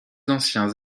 anciens